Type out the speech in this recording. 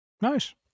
Nice